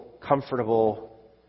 comfortable